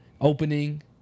opening